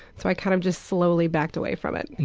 so i kind of just slowly backed away from it.